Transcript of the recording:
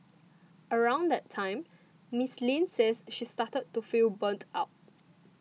around that time Miss Lin says she started to feel burnt out